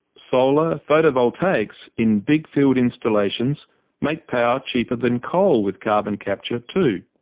solar photovoltaics in big field installations make power cheaper than coal with carbon capture too.